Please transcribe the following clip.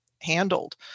handled